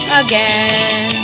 again